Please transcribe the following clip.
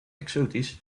exotisch